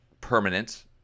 permanent